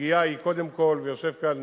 הפגיעה היא קודם כול, ויושב כאן